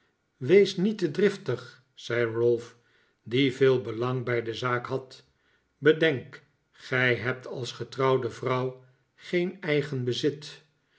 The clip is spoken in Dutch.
wees niet te driftig zei ralph die veel belang bij de zaak had bedenk gij hebt als getrouwde vrouw geen eigen bezit